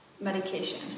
medication